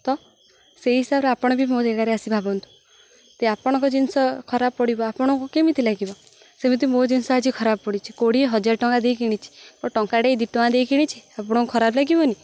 ତ ସେଇ ହିସାବରେ ଆପଣ ବି ମୋ ଜାଗାରେ ଆସି ଭାବନ୍ତୁ ଯେ ଆପଣଙ୍କ ଜିନିଷ ଖରାପ ପଡ଼ିବ ଆପଣଙ୍କୁ କେମିତି ଲାଗିବ ସେମିତି ମୋ ଜିନିଷ ଆଜି ଖରାପ ପଡ଼ିଛି କୋଡ଼ିଏ ହଜାର ଟଙ୍କା ଦେଇ କିଣିଛି ମୋ ଟଙ୍କାଟେ ଦୁଇ ଟଙ୍କା ଦେଇ କିଣିଛି ଆପଣଙ୍କୁ ଖରାପ ଲାଗିବନି